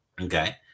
Okay